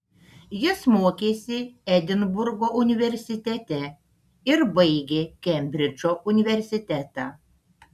jis mokėsi edinburgo universitete ir baigė kembridžo universitetą